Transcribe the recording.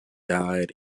died